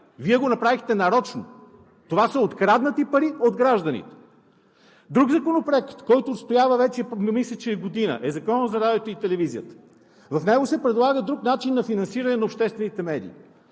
Вие го направихте нарочно. Това са откраднати пари от гражданите! Друг законопроект, който отстоява вече, мисля, че година, е Законът за радиото и телевизията. В него се предлага друг начин за финансиране на обществените медии,